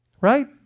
right